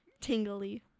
Tingly